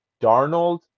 Darnold